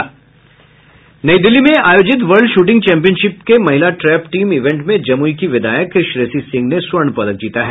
नई दिल्ली में आयोजित वर्ल्ड शूटिंग चैंपियनशिप के महिला ट्रैप टीम इवेंट में जमुई की विधायक श्रेयसी सिंह ने स्वर्ण पदक जीता है